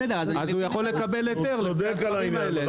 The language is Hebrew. הוא צודק על העניין.